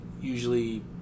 Usually